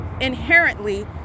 inherently